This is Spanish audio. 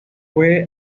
fue